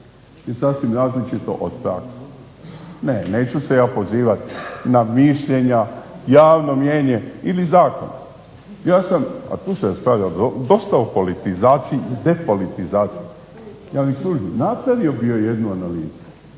je sasvim različito od prakse. Ne, neću se ja pozivati na mišljenja, javno mnijenje ili zakon, ja sam, a tu se raspravlja dosta o politizaciji i depolitizaciji, ja bih tu i napravio bio jednu analizu